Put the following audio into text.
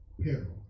peril